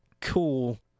Cool